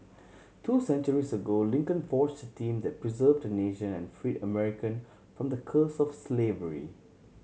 two centuries ago Lincoln forged a team that preserved a nation and freed American from the curse of slavery